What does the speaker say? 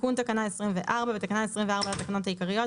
תיקון תקנה 24 6. בתקנה 24 לתקנות העיקריות,